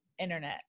internet